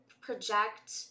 project